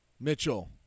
Mitchell